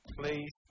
please